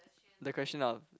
the question of